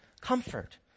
comfort